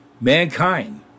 mankind